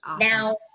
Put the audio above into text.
Now